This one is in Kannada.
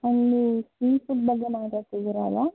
ಮ್ಯಾಮ್ ನೀವು ಸೀ ಫುಡ್ ಬಗ್ಗೆ ಮಾತಾಡ್ತಿದ್ದೀರಾ ಅಲ್ವಾ